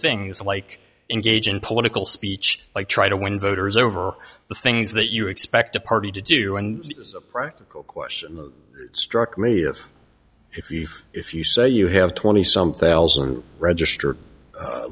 things like engage in political speech like try to win voters over the things that you expect a party to do and a practical question struck me as if you if you say you have twenty something else and register